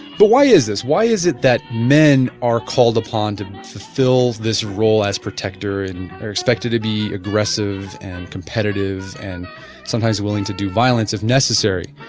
but why is this, why is it that men are called upon to fulfill this role as protector and are expected to be aggressive and competitive and sometimes willing to do violence if necessary.